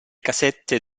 casette